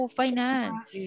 finance